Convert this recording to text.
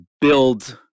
build